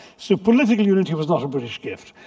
so political unity was not a british gift.